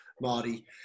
Marty